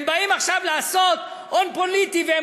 הם באים עכשיו לעשות הון פוליטי והם